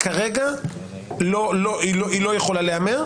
כרגע היא לא יכולה להיאמר.